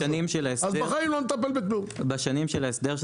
בשנים של ההסדר,